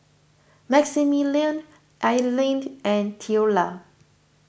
Maximilian Ilened and theola